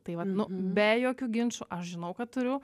tai va nu be jokių ginčų aš žinau kad turiu